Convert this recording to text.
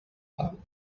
heart